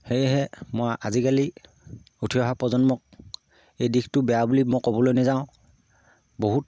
সেয়েহে মই আজিকালি উঠি অহা প্ৰজন্মক এই দিশটো বেয়া বুলি মই ক'বলৈ নাযাওঁ বহুত